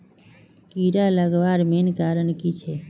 कीड़ा लगवार मेन कारण की छे?